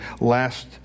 last